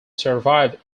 survived